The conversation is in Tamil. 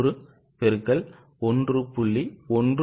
1 X 1